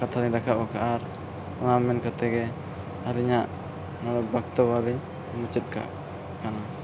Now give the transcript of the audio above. ᱠᱟᱛᱷᱟᱞᱤᱧ ᱨᱟᱠᱟᱵᱽ ᱟᱠᱟᱫᱼᱟ ᱟᱨ ᱚᱱᱟ ᱢᱮᱱ ᱠᱟᱛᱮᱫ ᱜᱮ ᱟᱹᱞᱤᱧᱟᱜ ᱱᱚᱣᱟ ᱵᱚᱠᱛᱚᱵᱽᱵᱚᱞᱤᱧ ᱢᱩᱪᱟᱹᱫ ᱠᱟᱜ ᱠᱟᱱᱟ